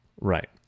Right